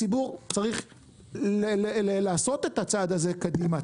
הציבור צריך לעשות את הצעד הזה קדימה.